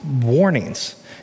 warnings